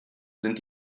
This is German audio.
sind